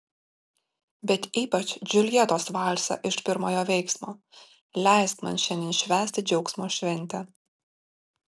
bet ypač džiuljetos valsą iš pirmojo veiksmo leisk man šiandien švęsti džiaugsmo šventę